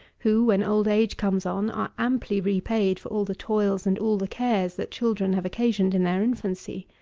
who, when old age comes on, are amply repaid for all the toils and all the cares that children have occasioned in their infancy.